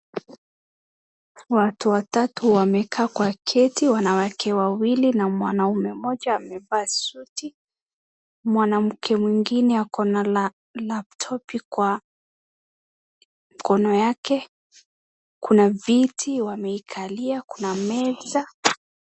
watu watu wamekaa kwa kiti, wanawake waili na mwaume mmoja, amevaa suti, mwanamke mwingine ako na laptop kwa mkono yake, kuna viti wameikalia, kuna meza.